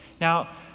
Now